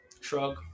Shrug